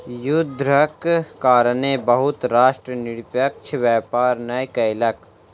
युद्धक कारणेँ बहुत राष्ट्र निष्पक्ष व्यापार नै कयलक